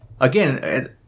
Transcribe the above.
again